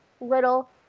little